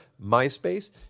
MySpace